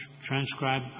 transcribe